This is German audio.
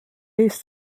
ist